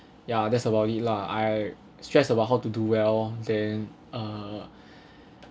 ya that's about it lah I stressed about how to do well then uh